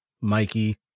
Mikey